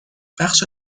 بخش